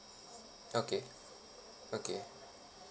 okay okay